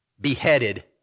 beheaded